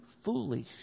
foolish